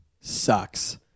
sucks